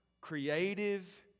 creative